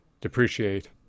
depreciate